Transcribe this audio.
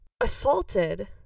assaulted